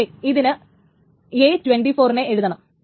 പക്ഷേ ഇതിന് a24 നെ എഴുതണം